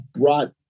brought